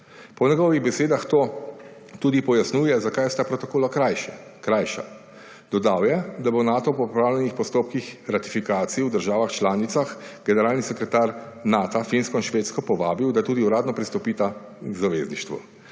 Po njegovih besedah to tudi pojasnjuje zakaj sta protokola krajša. Dodal je, da bo Nato po opravljenih postopkih ratifikacij v državah članicah generalni sekretar Nata Finsko in Švedsko povabil, da tudi uradno pristopita k zavezništvu.